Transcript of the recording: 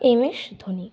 MS Dhoni